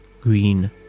Green